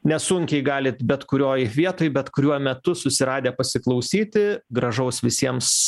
nesunkiai galit bet kurioj vietoj bet kuriuo metu susiradę pasiklausyti gražaus visiems